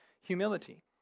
humility